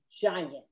giant